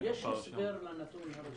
יש הסבר לנתון הראשון?